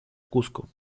cusco